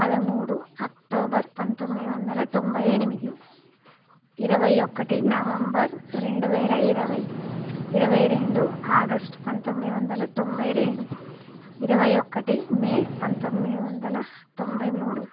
పదమూడు అక్టోబర్ పంతొమ్మిది వందల తొంభై ఎనిమిది ఇరవై ఒకటి నవంబర్ రెండు వేల ఇరవై ఇరవై రెండు ఆగస్టు పంతొమ్మిది వందల తొంభై రెండు ఇరవై ఒకటి మే పంతొమ్మిది వందల తొంభై మూడు